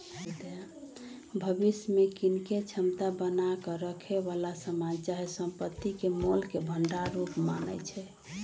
भविष्य में कीनेके क्षमता बना क रखेए बला समान चाहे संपत्ति के मोल के भंडार रूप मानइ छै